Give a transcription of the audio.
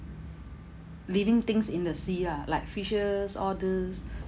living things in the sea ah like fishes all these